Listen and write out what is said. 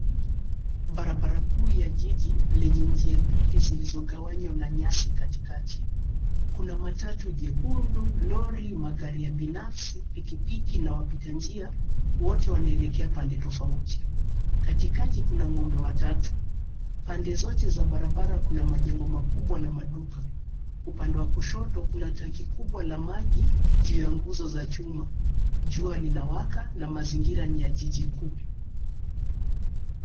Barabara kuu ya jiji lenye njia mbili zilizogawanywa na nyasi katikati. Kuna matatu jekundu, lori, magari ya binafsi, pikipiki na wapita njia wote wanaelekea pande tofauti. Katikati kuna ng'ombe watatu. Pande zote za barabara kuna majengo makubwa na maduka. Upande wa kushoto kuna tanki kubwa la maji juu ya nguzo za chuma. Jua linawaka na mazingira ni ya jiji kuu.